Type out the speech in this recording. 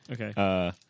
Okay